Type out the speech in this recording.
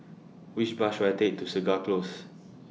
Which Bus should I Take to Segar Close